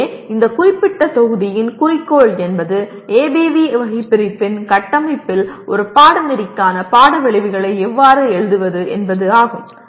அதுவே இந்த குறிப்பிட்ட தொகுதியின் குறிக்கோள் என்பது ஏபிவி வகைபிரிப்பின் கட்டமைப்பில் ஒரு பாடநெறிக்கான பாட விளைவுகளை எவ்வாறு எழுதுவது என்பது ஆகும்